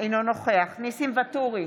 אינו נוכח ניסים ואטורי,